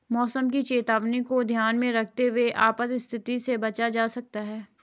मौसम की चेतावनी को ध्यान में रखते हुए आपात स्थिति से बचा जा सकता है